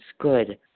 good